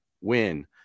win